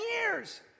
years